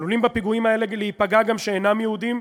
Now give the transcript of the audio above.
עלולים להיפגע בפיגועים האלה גם שאינם יהודים,